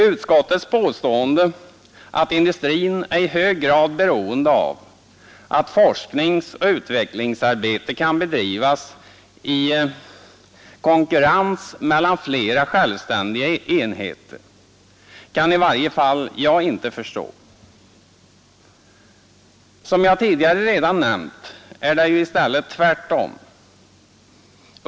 Utskottets påstående att industrin är i hög grad beroende av att forskningsoch utvecklingsarbete kan bedrivas i konkurrens mellan flera självständiga enheter kan i varje fall jag inte förstå. Som jag tidigare redan nämnt är det ju i stället tvärtom.